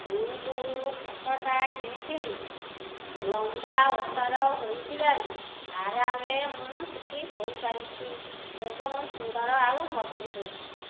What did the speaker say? ମୁଁ ଯେଉଁ ଖଟ ଟା କିଣିଥିଲି ଲମ୍ବା ଓସାର ହୋଇଥିବାରୁ ଆରାମରେ ମୁଁ ସେହିଠି ଶୋଇପାରୁଛି ଏବଂ ସୁନ୍ଦର ଆଉ ମଜଭୁତ ଅଛି